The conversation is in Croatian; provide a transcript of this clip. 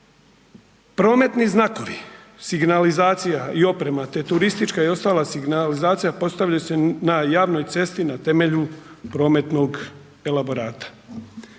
Prometni znakovi, signalizacija i oprema te turistička i ostala signalizacija postavljaju se na javnoj cesti na temelju prometnog elaborata.